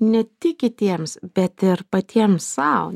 ne tik kitiems bet ir patiems sau